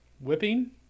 Whipping